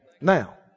Now